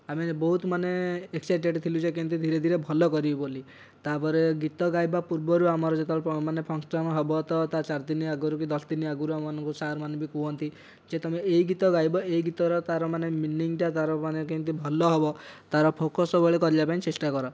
ଆମେ ବହୁତ ମାନେ ଏକ୍ସାଇଟେଡ଼୍ ଥିଲୁ ଯେ କେମତି ଧୀରେ ଧୀରେ ଭଲ କରିବୁ ବୋଲି ତା'ପରେ ଗୀତ ଗାଇବା ପୂର୍ବରୁ ଆମର ଯେତେବେଳେ ମାନେ ଫନକ୍ସନ ହେବ ତ ତା'ର ଚାରିଦିନ ଆଗରୁ କି ଦଶ ଦିନ ଆଗରୁ ଗୁରୁମାନେ ଭି ସାର୍ମାନେ ଭି କୁହନ୍ତି ଯେ ତୁମେ ଏହି ଗୀତ ଗାଇବ ଏହି ଗୀତର ତାର ମାନେ ମିନିଂଟା ମାନେ କେମିତି ଭଲ ହେବ ଫୋକସ୍ ସବୁବେଳେ କରିବା ପାଇଁ ଚେଷ୍ଟା କର